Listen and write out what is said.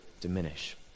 diminish